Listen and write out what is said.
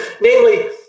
namely